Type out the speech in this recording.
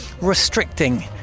restricting